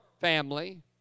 family